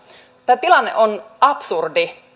tämä tilanne on absurdi